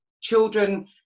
children